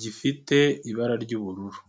gifite ibara ry'ubururu.